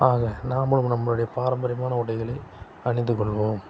ஆக நாமளும் நம்முடைய பாரம்பரியமான உடைகளை அணிந்து கொள்வோம்